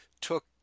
took